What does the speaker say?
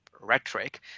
rhetoric